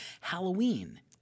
Halloween